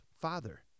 Father